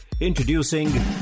Introducing